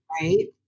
right